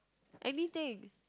anything